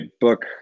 book